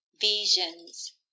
visions